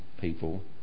people